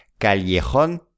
Callejón